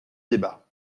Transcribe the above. débat